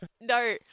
No